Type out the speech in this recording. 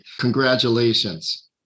congratulations